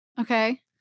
Okay